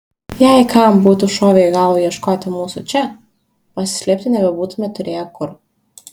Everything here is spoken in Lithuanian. jei kam būtų šovę į galvą ieškoti mūsų čia pasislėpti nebebūtumėme turėję kur